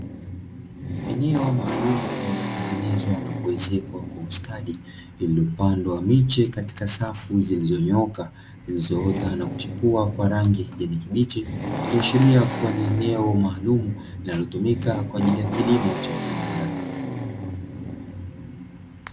Eneo maalumu lililotengenezwa na kuezekwa kwa ustadi, lililopandwa miche katika safu zilizonyoka zilizoota na kuchipua kwa rangi ya kijani kibichi, ikiashiria kuwa ni eneo maalumu linalotumika kwaajili ya kilimo cha viwanda.